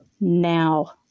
Now